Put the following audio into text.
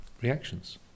reactions